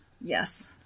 Yes